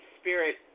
spirit